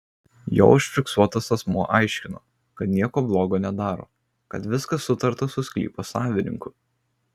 jo užfiksuotas asmuo aiškino kad nieko blogo nedaro kad viskas sutarta su sklypo savininku